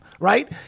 Right